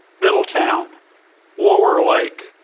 middletown lower like